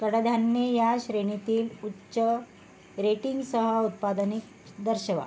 कडधान्ये या श्रेणीतील उच्च रेटिंगसह उत्पादने दर्शवा